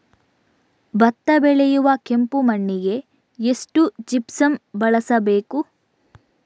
ಭತ್ತ ಬೆಳೆಯುವ ಕೆಂಪು ಮಣ್ಣಿಗೆ ಎಷ್ಟು ಜಿಪ್ಸಮ್ ಬಳಸಬೇಕು?